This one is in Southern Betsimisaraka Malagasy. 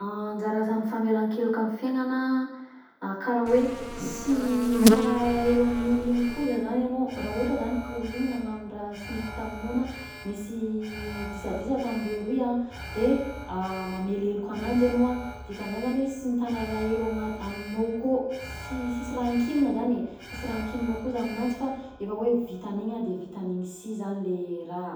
Anjara asan'ny famelan-keloka amin'ny fiaignana a karaha hoe sy hitana alahelo amin'olona igny kosa zany anao raha ohatra zany ka olona igny nagnano raha sy nety taminao na nisy disadisa tamindreo roa de mamela heloka ananjy anao dikan'izany zany hoe, sy mitana alahelo agnat- aminao akao, sy sisy raha hankignina zany sisy raha ankigninao koa aminanjy zany e, fa efa hoe vitan'iny de vitan'igny si zany le raha.